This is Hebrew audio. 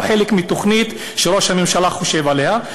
או חלק מתוכנית שראש הממשלה חושב עליה?